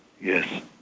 Yes